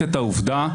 די, תודה, תודה רבה.